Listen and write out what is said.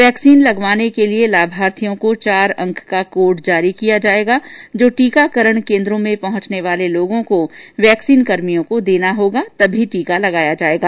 vaccine लगाने के लिये लाभार्थियों को चार अंक का कोड जारी किया जाएगा जो टीकाकरण केन्द्रों में पहुंचने वाले लोगों को वैक्सीन लगाने वाले कर्मियों को देना होगा तभी टीका लगाया जाएगा